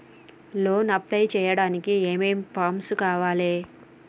Loan apply చేయడానికి ఏం ఏం ఫామ్స్ కావాలే?